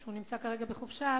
הוא נמצא כרגע בחופשה,